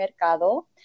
Mercado